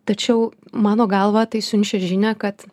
tačiau mano galva tai siunčia žinią kad